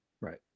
Right